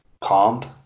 calmed